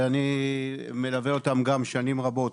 וגם אני מלווה אותם שנים רבות.